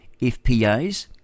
FPAs